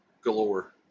galore